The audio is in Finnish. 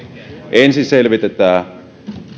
ensin selvitetään